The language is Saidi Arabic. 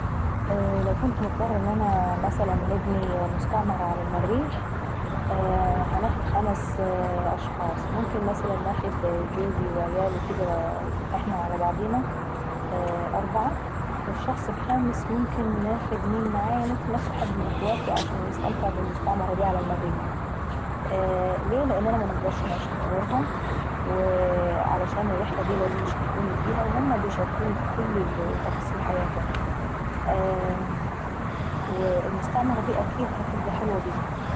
لو كنت مضطرة ان انا نبني مثلا مستعمرة على المريخ ، هناخد خمس اشخاص ممكن ناخد جوزي وعيالي احنا على بعضينا أربعة والشخص الخامس ممكن ناخد حد من اخواتي، عشان يستمتع بالمستعمرة دي على المريخ. ليه؟ عشان انا منقدرش نعيش من غيرهم، وعشان يشاركوني الرحلة داي ولان هما عيشاركوني في كل تفاصيل حياتاي. والمستعمرة داي هتكون حلوة بيهم.